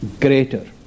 greater